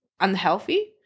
unhealthy